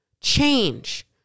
change